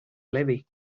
levy